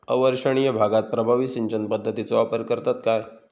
अवर्षणिय भागात प्रभावी सिंचन पद्धतीचो वापर करतत काय?